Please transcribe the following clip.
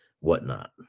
whatnot